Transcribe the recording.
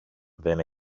δεν